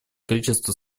количество